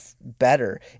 better